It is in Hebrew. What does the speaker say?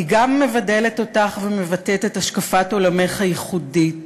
היא גם מבדלת אותך ומבטאת את השקפת עולמך הייחודית,